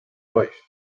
wife